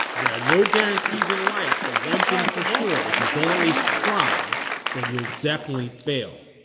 they are no guarantees in life, but one things for sure if you don't at least try then you'll definitely fail.